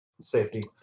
safety